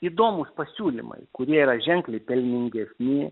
įdomūs pasiūlymai kurie yra ženkliai pelningesni